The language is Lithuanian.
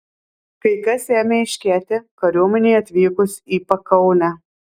kai kas ėmė aiškėti kariuomenei atvykus į pakaunę